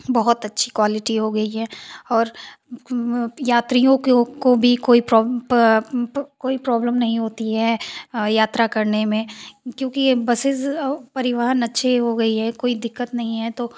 बहुत अच्छी क्वालिटी हो गई है और यात्रियों को भी कोई कोई प्रॉबलम नहीं होती है यात्रा करने में क्योंकि ये बसेज परिवहन अच्छी हो गई है कोई दिक्कत नहीं है तो